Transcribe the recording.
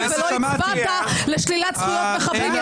ולא הצבעת לשלילת זכויות מחבלים.